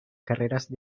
carreras